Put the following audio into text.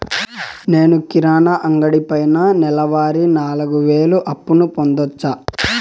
నేను కిరాణా అంగడి పైన నెలవారి నాలుగు వేలు అప్పును పొందొచ్చా?